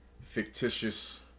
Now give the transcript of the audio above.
fictitious